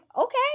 okay